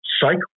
psych